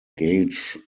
gage